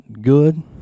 good